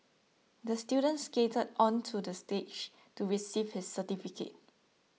the student skated onto the stage to receive his certificate